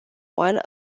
one